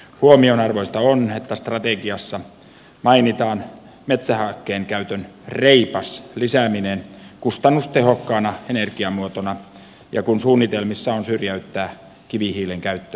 huomionarvoista on että strategiassa mainitaan metsähakkeen käytön reipas lisääminen kustannustehokkaana energiamuotona kun suunnitelmissa on syrjäyttää kivihiilen käyttö voimalaitoksissa